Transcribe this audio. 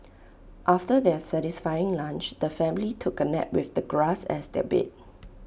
after their satisfying lunch the family took A nap with the grass as their bed